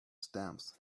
stamps